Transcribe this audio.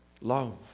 love